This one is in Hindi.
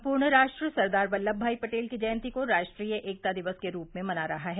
सम्पूर्ण राष्ट्र सरदार वल्लम भाई पटेल की जयंती को राष्ट्रीय एकता दिवस के रूप मना रहा है